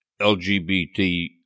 LGBT